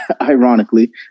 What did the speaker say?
Ironically